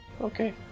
Okay